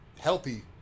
healthy